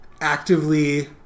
actively